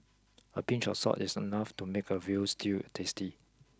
a pinch of salt is enough to make a Veal Stew tasty